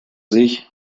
sich